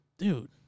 Dude